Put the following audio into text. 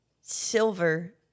silver